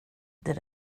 det